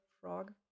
frog